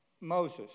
Moses